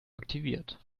aktiviert